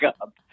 up